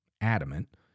adamant